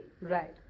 Right